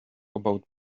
about